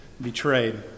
betrayed